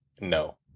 No